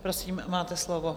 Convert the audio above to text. Prosím, máte slovo.